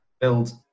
build